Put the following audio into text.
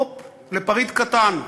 הופ, לפריט קטן: